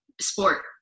sport